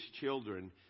children